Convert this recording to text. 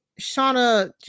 Shauna